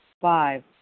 Five